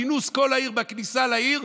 כינוס כל העיר בכניסה לעיר,